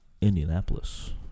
Indianapolis